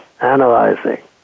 analyzing